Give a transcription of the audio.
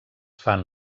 fan